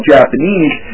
Japanese